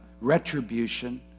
retribution